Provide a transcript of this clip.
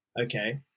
Okay